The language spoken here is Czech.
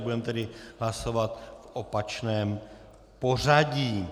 Budeme tedy hlasovat v opačném pořadí.